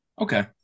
Okay